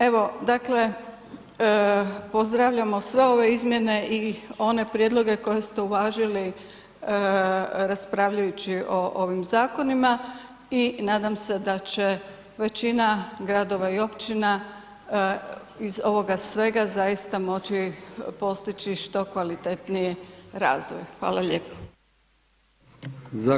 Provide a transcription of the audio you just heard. Evo dakle pozdravljamo sve ove izmjene i one prijedloge koje ste uvažili raspravljajući o ovim zakonima i nadam se da će većina gradova i općina uz ovoga svega zaista moći postići što kvalitetniji razvoj, hvala lijepo.